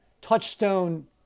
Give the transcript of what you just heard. touchstone